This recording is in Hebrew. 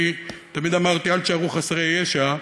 אני תמיד אמרתי: אל תישארו חסרי ישע,